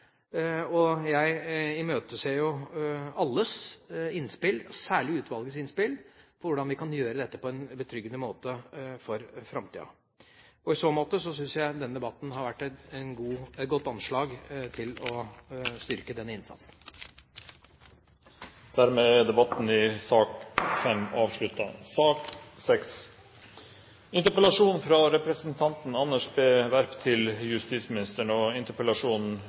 Jeg imøteser alles innspill, særlig utvalgets innspill, om hvordan vi kan gjøre dette på en betryggende måte for framtida. I så måte syns jeg denne debatten har vært et godt anslag for å styrke den innsatsen. Dermed er debatten i sak